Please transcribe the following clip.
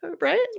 right